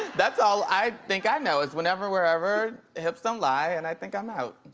that's all i think i know is whenever, wherever, hips don't lie, and i think i'm out.